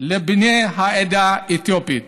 לבני העדה האתיופית.